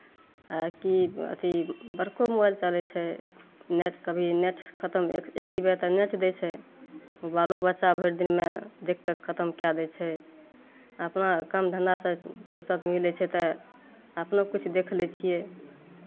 आ की अथी बड़को मोबाइल चलै छै नेट कभी नेट खतम एक जी बी तऽ नेट दै छै बालो बच्चा भरि दिनमे देखि कऽ खतम कए दै छै अपना काम धन्धासँ फुर्सत मिलै छै तऽ अपनो किछु देखि लै छियै